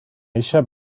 eisiau